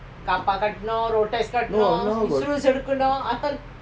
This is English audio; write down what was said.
no now got